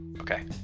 Okay